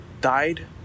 died